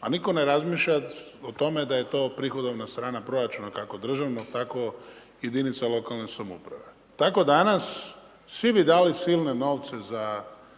a nitko ne razmišlja o tome, da je to prihodovna strana proračuna kako državnog tako i jedinice lokalne samouprave. Tako danas, svi bi dali silne novce, za